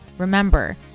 Remember